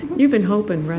you've been hoping, right?